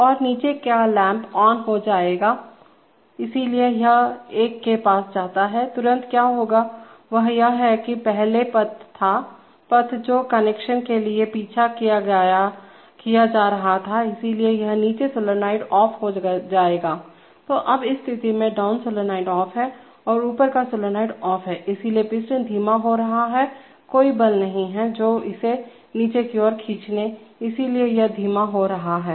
और नीचे का लैंप ऑन हो जाएगा इसलिए यह एक के पास जाता हैतुरंत क्या होगा वह यह है किपहले पथ था पथ जो कनेक्शन के लिए पीछा किया जा रहा था इसलिए यह नीचे सोलेनोइड ऑफ हो जाएगा तो अब इस स्थिति में डाउन सॉलोनॉइड ऑफ है और ऊपर का सॉलोनॉइड ऑफ है इसलिए पिस्टन धीमा हो रहा है कोई बल नहीं है जो इसे नीचे की ओर खींचेइसलिए यह धीमा हो रहा है